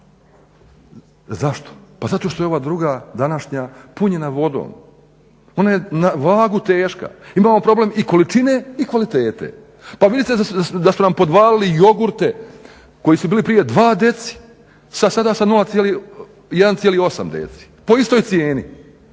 zašto? Pa zato što je ova druga današnja punjena vodom. Ona je na vagu teška, imamo problem i količine i kvalitete. Pa vidite da su nam podvalili i jogurte koji su bili prije 2dcl, sada su 1,8dcl po istoj cijeni.